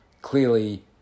Clearly